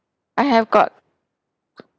I have got